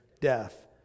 death